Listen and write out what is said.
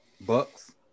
Bucks